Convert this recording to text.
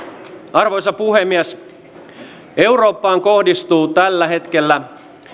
arvoisa puhemies eurooppaan kohdistuu tällä hetkellä